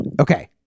Okay